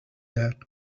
that